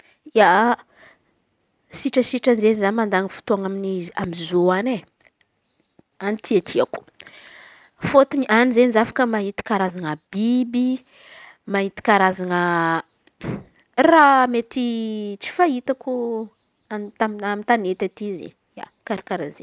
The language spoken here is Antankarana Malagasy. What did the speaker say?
Ia, sitrasitrany izen̈y za mandan̈y fotôan̈a amy amy zoo an̈y e! An̈y titiako fôtony an̈y izen̈y za afaka mahita Karazan̈a biby mahita Karazan̈a raha mety tsy fahitako amina amy tanety aty izen̈y karà karàha zey.